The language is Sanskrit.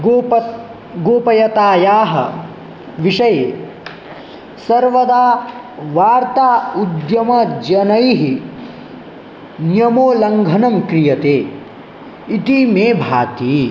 गूप गूपयातायाः विषये सर्वदा वार्ता उद्यम जनैः नियमोल्लङ्घनं क्रियते इति मे भाति